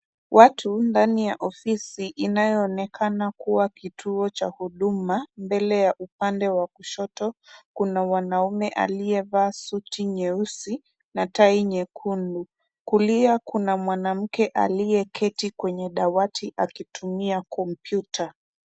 Watu ndani ya ofisi inayoonekana kuwa kituo cha huduma. Mbele ya upande wa kushoto kuna mwanamume aliyevaa suti nyeusi na tai nyekundu. Kulia kuna mwanamke aliyeketi kwenye dawati akitumia kompyuta.